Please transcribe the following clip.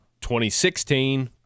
2016